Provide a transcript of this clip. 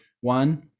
one